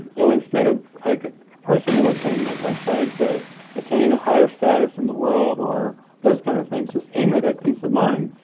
so instead of like ah personal attainment, like trying to attain a higher status in the world or those kinds of things, just aim it at peace of mind.